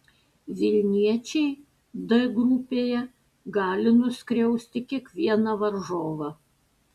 vilniečiai d grupėje gali nuskriausti kiekvieną varžovą